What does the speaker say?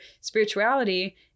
spirituality